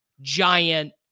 giant